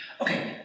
Okay